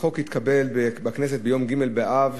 החוק התקבל בכנסת ביום ג' באב,